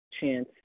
chance